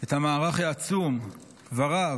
את המערך העצום ורב